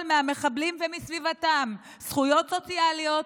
מהמחבלים ומסביבתם זכויות סוציאליות,